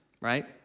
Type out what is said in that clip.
Right